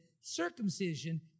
circumcision